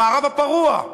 המערב הפרוע.